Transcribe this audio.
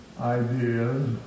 ideas